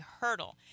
hurdle